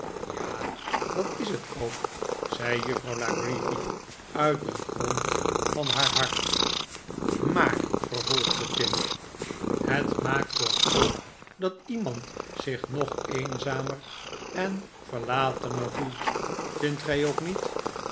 ja dat is het ook zei juffrouw la creevy uit den grond van haar hart maar vervolgde tim het maakt toch ook dat iemand zich nog eenzamer en verlatener voelt vindt gij ook niet